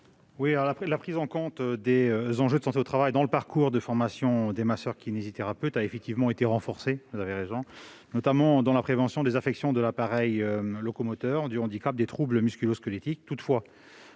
? La prise en compte des enjeux de santé au travail dans le parcours de formation des masseurs-kinésithérapeutes a effectivement été renforcée, notamment dans la prévention des affections de l'appareil locomoteur, du handicap et des troubles musculo-squelettiques. Toutefois,